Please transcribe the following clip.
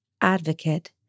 advocate